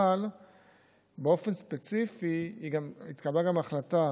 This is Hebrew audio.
אבל באופן ספציפי התקבלה גם החלטה